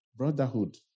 Brotherhood